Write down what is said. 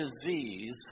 disease